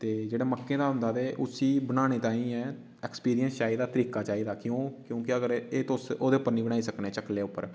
ते जेह्ड़ा मक्कें दा होंदा ते उसी बनाने ताईं ऐ ऐक्सपीरियंस चाहिदा तरीका चाहिदा क्यों क्योंकि तुस ओह्दे उप्पर नि बनाई सकने चकले उप्पर